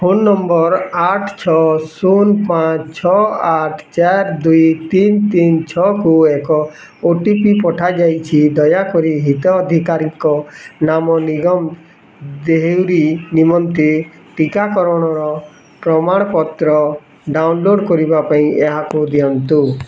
phone number ଆଠ ଛଅ ଶୂନ ପାଞ୍ଚ ଛଅ ଆଠ ଚାରି ଦୁଇ ତିନି ତିନି ଛଅକୁ ଏକ ଓ ଟି ପି ପଠାଯାଇଛି ଦୟାକରି ହିତାଧିକାରୀ ନାମ ନିଗମ ଦେହୁରୀ ନିମନ୍ତେ ଟିକାକରଣର ପ୍ରମାଣପତ୍ର ଡ଼ାଉନଲୋଡ଼୍ କରିବା ପାଇଁ ଏହାକୁ ଦିଅନ୍ତୁ